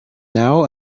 now